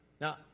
Now